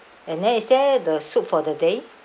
and then is there the soup for the day